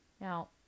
Now